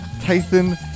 Tyson